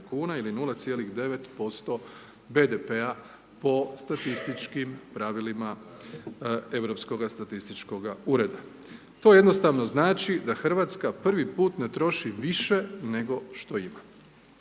kuna ili 0,9% BDP-a po statističkim pravilima Europskoga statističkoga ureda. To jednostavno znači da RH prvi put ne troši više nego što ima.